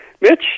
Mitch